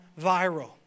viral